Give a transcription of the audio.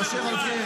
אופיר,